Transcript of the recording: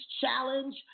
challenge